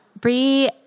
Bree